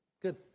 Good